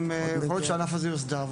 יכול להיות שהענף הזה יוסדר,